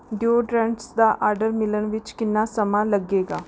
deodorants ਦਾ order ਮਿਲਣ ਵਿੱਚ ਕਿੰਨਾ ਸਮਾਂ ਲੱਗੇਗਾ